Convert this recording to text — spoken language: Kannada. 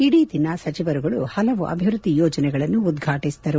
ಇಡೀ ದಿನ ಸಚಿವರುಗಳು ಪಲವು ಅಭಿವೃದ್ದಿ ಯೋಜನೆಗಳನ್ನು ಉದ್ವಾಟಿಸಿದರು